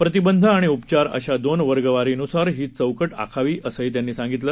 प्रतिबंध आणि उपचार अशा दोन वर्गवारीनुसार ही चौकट आखावी असं त्यांनी सांगितलं